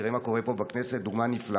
תראה מה קורה פה בכנסת, דוגמה נפלאה